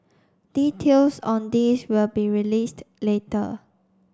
details on this will be released later